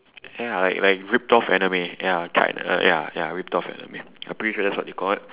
ya like like ripped off anime ya china ya ya ripped off anime I'm pretty sure that's what they call it